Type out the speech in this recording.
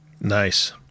Nice